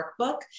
workbook